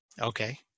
Okay